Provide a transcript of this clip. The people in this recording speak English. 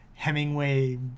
Hemingway